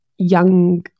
young